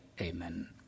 Amen